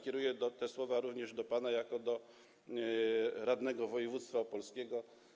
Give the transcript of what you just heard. Kieruję te słowa również do pana jako do radnego województwa opolskiego.